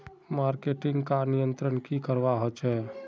Marketing का नियंत्रण की करवा होचे?